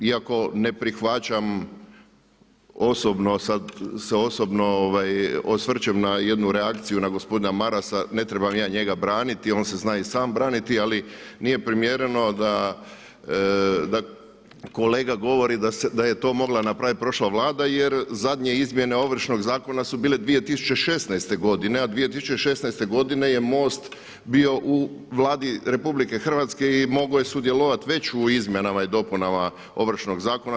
Iako ne prihvaćam osobno sad se osobno osvrćem na jednu reakciju na gospodina Marasa, ne trebam ja njega braniti, on se sam zna braniti, ali nije primjereno da kolega govori da je to mogla napraviti prošla vlada jer zadnje izmjene Ovršnog zakona su bile 2016. godine, a 2016. godine je MOST bio u Vladi RH i mogao je sudjelovati već u izmjenama i dopunama Ovršnog zakona.